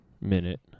minute